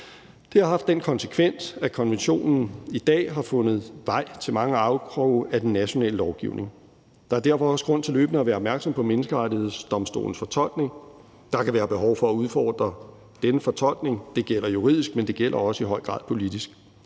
Det har haft den konsekvens, at konventionen i dag har fundet vej til mange afkroge af den nationale lovgivning. Der er derfor også grund til løbende at være opmærksom på Menneskerettighedsdomstolens fortolkning. Der kan være behov for at udfordre denne fortolkning. Det gælder juridisk, men det gælder i høj grad også politisk.